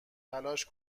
تلاش